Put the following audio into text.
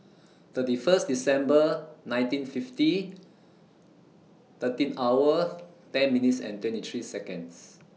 thirty First December nineteen fifty thirteen hour ten minutes and twenty three Seconds